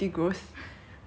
that time she say what